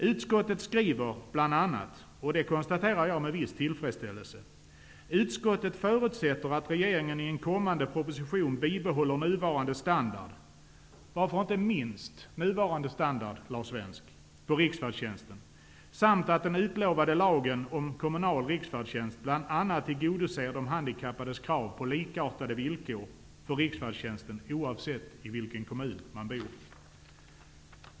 Jag konstaterar med viss tillfredsställelse att utskottet bl.a. skriver: Utskottet förutsätter att regeringen i en kommande proposition bibehåller nuvarande standard -- Varför inte minst nuvarande standard, Lars Svensk? -- på riksfärdtjänsten samt att den utlovade lagen om kommunal riksfärdtjänst bl.a. tillgodoser de handikappades krav på likartade villkor för riksfärdtjänsten, oavsett i vilken kommun man bor.